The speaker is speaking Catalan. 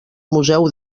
museu